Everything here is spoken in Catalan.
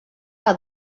que